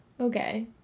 Okay